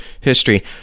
history